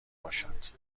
باشد